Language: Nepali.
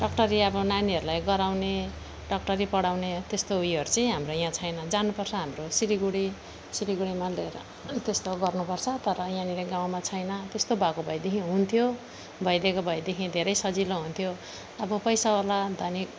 डक्टरी अब नानीहरूलाई गराउने डक्टरी पढाउने त्यस्तो ऊ योहरू चाहिँ हाम्रो यहाँ छैन जानुपर्छ हाम्रो सिलिगुढी सिलिगुढीमा लिएर त्यस्तो गर्नुपर्छ तर यहाँनिर गाउँमा छैन त्यस्तो भएको भएदेखि हुन्थ्यो भइदिएको भएदेखि धेरै सजिलो हुन्थ्यो अब पैसावाला धनी